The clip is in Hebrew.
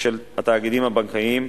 של התאגידים הבנקאיים,